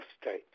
state